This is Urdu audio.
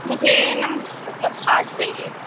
مجھے نا مطلب آج چاہیے